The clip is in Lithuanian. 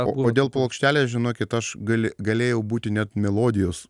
o dėl plokštelės žinokit aš gal galėjau būti net melodijos